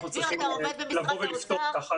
פעם